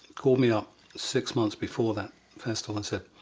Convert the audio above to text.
called me up six months before that festival and said,